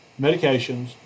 medications